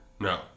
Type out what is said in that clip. No